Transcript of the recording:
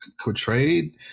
portrayed